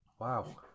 Wow